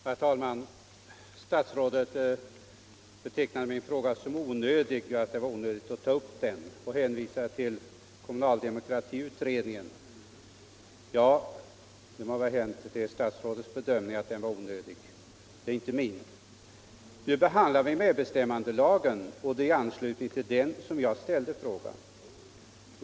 Herr talman! Statsrådet menade att det skulle vara onödigt att ta upp min fråga och hänvisade till utredningen om kommunal demokrati. Ja, det är statsrådets bedömning att frågan var onödig, inte min. Nu behandlar vi medbestämmandelagen, och det är i anslutning till den jag ställer frågan.